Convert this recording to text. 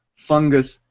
fungus,